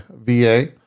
VA